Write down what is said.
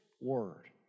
word